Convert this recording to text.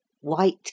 White